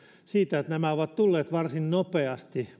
siitä että nämä esitykset ovat tulleet varsin nopeasti